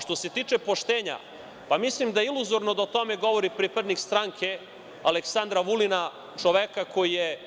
Što se tiče poštenja, mislim da je iluzorno da o tome govori pripadnik stranke Aleksandra Vulina, čoveka koji je